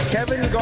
Kevin